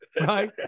right